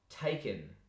taken